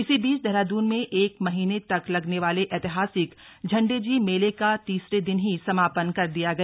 इस बीच देहरादून में एक महीने तक लगने वाले ऐतिहासिक झंडेजी मेले का तीसरे दिन ही समापन कर दिया गया